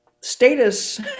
status